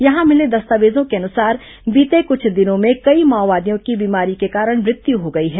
यहां मिले दस्तावेजों के अनुसार बीते कुछ दिनों के दौरान कई माओवादियों की बीमारी के कारण मृत्यु हो गई है